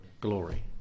glory